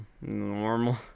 Normal